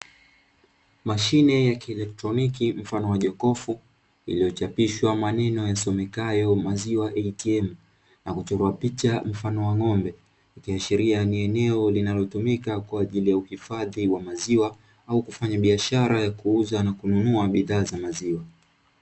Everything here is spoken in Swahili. Mashine ya kielektroni mfano wa jokofu iliyochapishwa maneno yasomekayo "Maziwa ATM' na kuchorwa picha mfano wa ng'ombe, ikiashiria ni eneo linalotumika kwa ajili ya uhifadhi wa maziwa au kufanya biashara ya kuuza na kununua bidhaa za maziwa.